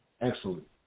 excellent